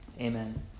Amen